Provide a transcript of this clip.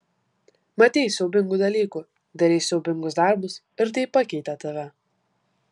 matei siaubingų dalykų darei siaubingus darbus ir tai pakeitė tave